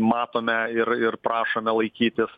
matome ir ir prašome laikytis